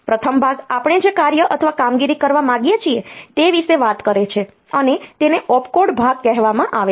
પ્રથમ ભાગ આપણે જે કાર્ય અથવા કામગીરી કરવા માંગીએ છીએ તે વિશે વાત કરે છે અને તેને ઓપકોડ ભાગ કહેવામાં આવે છે